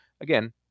again